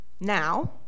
Now